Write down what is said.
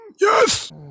Yes